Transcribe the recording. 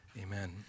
amen